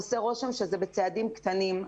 עושה רושם שזה בצעדים קטנים.